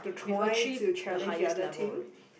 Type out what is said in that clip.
we've achieved the highest level already